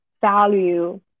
value